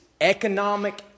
economic